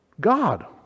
god